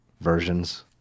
versions